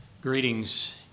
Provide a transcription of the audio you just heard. Greetings